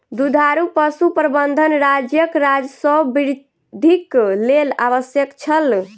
दुधारू पशु प्रबंधन राज्यक राजस्व वृद्धिक लेल आवश्यक छल